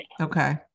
okay